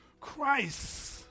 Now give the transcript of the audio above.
Christ